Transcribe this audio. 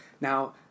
now